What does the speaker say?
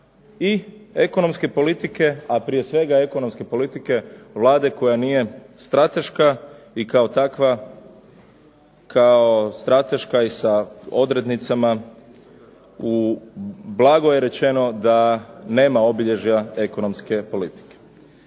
I ekonomske politike, a prije svega ekonomske politike Vlade koja nije strateška i kao takva, kao strateška i sa odrednicama u blago je rečeno da nema obilježja ekonomske politike.